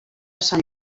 sant